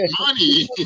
money